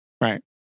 Right